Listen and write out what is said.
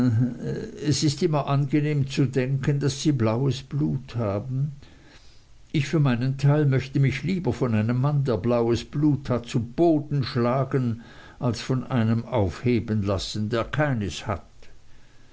es ist immer angenehm zu denken daß sie blaues blut haben ich für meinen teil möchte mich lieber von einem mann der blaues blut hat zu boden schlagen als von einem aufheben lassen der keines hat